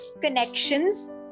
connections